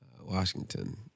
Washington